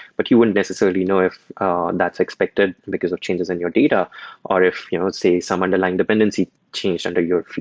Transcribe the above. but you wouldn't necessarily know if ah and that's expected because of changes in your data or if, let's you know say, some underlying dependency changed under your.